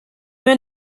mir